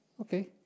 Okay